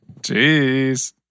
Jeez